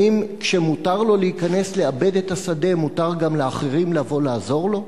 האם כשמותר לו להיכנס לעבד את השדה מותר גם לאחרים לבוא ולעזור לו?